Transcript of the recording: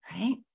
Right